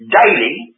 daily